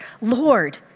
Lord